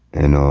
and